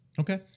Okay